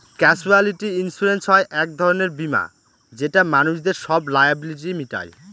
casualty insurance হয় এক ধরনের বীমা যেটা মানুষদের সব লায়াবিলিটি মিটায়